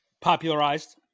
popularized